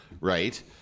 Right